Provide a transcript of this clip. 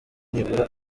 nibura